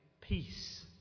peace